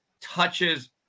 touches